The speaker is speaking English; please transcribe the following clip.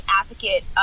advocate